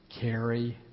carry